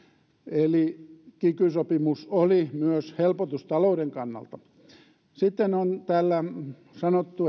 eli kiky sopimus oli myös helpotus talouden kannalta sitten on täällä sanottu